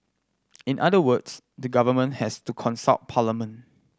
in other words the government has to consult parliament